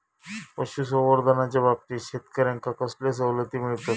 पशुसंवर्धनाच्याबाबतीत शेतकऱ्यांका कसले सवलती मिळतत?